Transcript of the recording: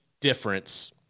difference